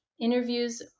interviews